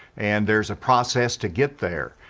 and there's a process to get there.